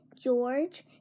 George